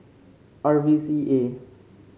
R V C A